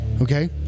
Okay